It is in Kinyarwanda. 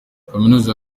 kaminuza